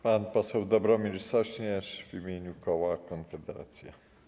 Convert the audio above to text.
Pan poseł Dobromir Sośnierz w imieniu koła Konfederacja.